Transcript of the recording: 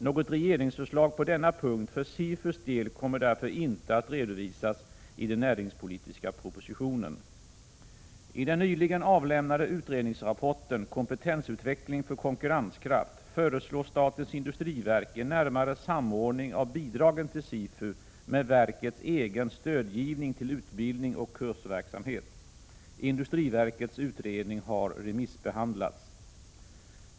Något regeringsförslag på denna punkt för SIFU:s del kommer därför inte att redovisas i den näringspolitiska propositionen. I den nyligen avlämnade utredningsrapporten Kompetensutveckling för konkurrenskraft föreslår statens industriverk en närmare samordning av bidragen till SIFU med verkets egen stödgivning till utbildning och kursverksamhet. Industriverkets utredning har remissbehandlats.